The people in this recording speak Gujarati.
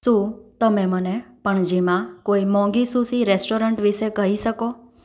શું તમે મને પણજીમાં કોઈ મોંધી સુશી રેસ્ટોરન્ટ વિશે કહી શકો